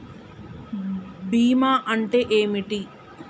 బీమా అంటే ఏమిటి?